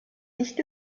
nicht